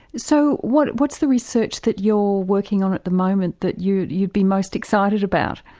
so what's what's the research that you're working on at the moment that you'd you'd be most excited about?